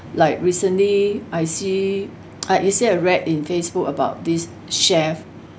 like recently I see ah you see read in Facebook about this chef